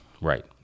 right